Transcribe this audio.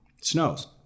snows